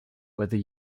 whether